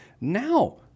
Now